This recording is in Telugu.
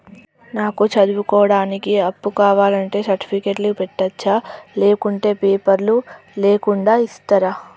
నాకు చదువుకోవడానికి అప్పు కావాలంటే సర్టిఫికెట్లు పెట్టొచ్చా లేకుంటే పేపర్లు లేకుండా ఇస్తరా?